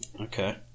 Okay